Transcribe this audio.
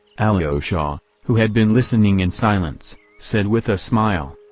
alyosha, who had been listening in silence, said with a smile.